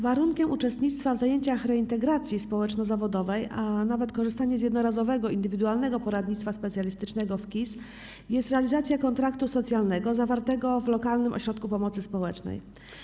Warunkiem uczestnictwa w zajęciach reintegracji społeczno-zawodowej, a nawet korzystania z jednorazowego indywidualnego poradnictwa specjalistycznego w KIS jest realizacja kontraktu socjalnego zawartego w lokalnym ośrodku pomocy społecznej.